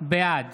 בעד